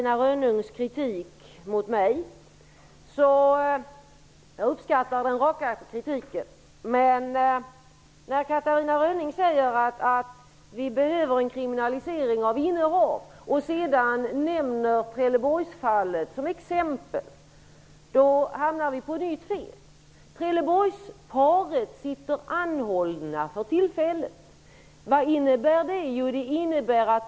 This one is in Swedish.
Jag uppskattar Catarina Rönnungs raka kritik, men när Catarina Rönnung säger att det behövs en kriminalisering av innehav och sedan nämner Trelleborgsfallet som exempel hamnar vi på nytt fel. Trelleborgsparet sitter för tillfället anhållet. Vad innebär det?